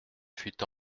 fut